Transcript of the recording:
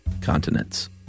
continents